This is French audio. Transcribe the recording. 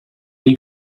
les